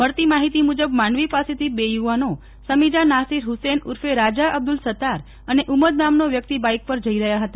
મળતી માહિતી મુજબ માંડવી પાસેથી બે યુવાનો સમીજા નાસીર હુસૈન ઉર્ફે રાજા અબ્દુલ સત્તાર અને ઉમદ નામનો વ્યક્તિ બાઇક પર જઈ રહ્યા હતા